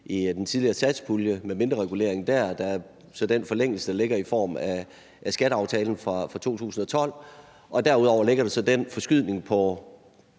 i den tidligere satspulje, med mindrereguleringen der, og så den forlængelse, der ligger i form af skatteaftalen fra 2012. Og derudover ligger der så en forskydning,